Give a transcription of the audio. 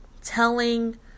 telling